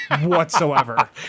whatsoever